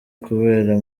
kubera